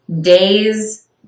days